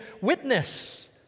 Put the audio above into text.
witness